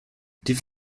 die